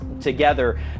together